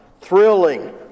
thrilling